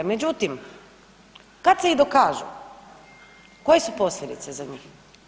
Međutim, kad se i dokažu koje su posljedice za njih?